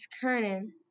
Kernan